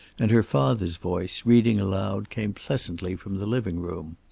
and her father's voice, reading aloud, came pleasantly from the living room.